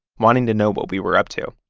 wanting to know what we were up to